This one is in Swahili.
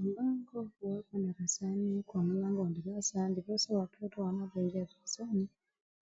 Mpango imewekwa darasani, kwa mlango wa darasani ndiposa watoto wanapo ingia darasani